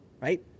right